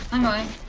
i'm going